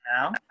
now